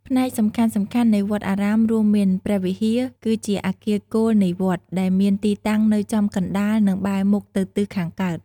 ផ្នែកសំខាន់ៗនៃវត្តអារាមរួមមានព្រះវិហារ គឺជាអគារគោលនៃវត្ត ដែលមានទីតាំងនៅចំកណ្តាល និងបែរមុខទៅទិសខាងកើត។